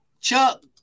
Chuck